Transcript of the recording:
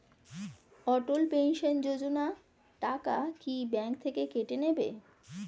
অটল pension যোজনা টাকা কি ব্যাংক থেকে কেটে নেবে?